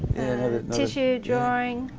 tissue drawing.